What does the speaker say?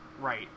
Right